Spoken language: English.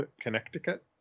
Connecticut